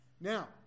now